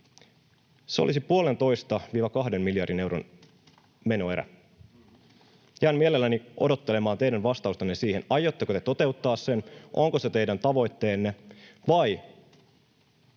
miljardin euron menoerä. Jään mielelläni odottelemaan teidän vastaustanne siihen, aiotteko te toteuttaa sen, onko se teidän tavoitteenne, vai